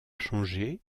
changé